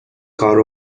کار